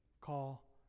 call